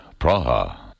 Praha